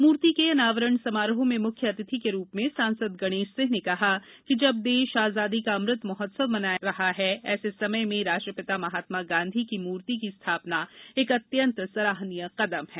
मूर्ति के अनावरण समारोह में मुख्य अतिथि के रूप में सांसद गणेश सिंह ने कहा कि जब देश आजादी का अमृत महोत्सव मनाया जा रहा है ऐसे समय में राष्ट्रपिता महात्मा गांधी जी की मृर्ति की स्थापना एक अत्यंत सराहनीय कदम है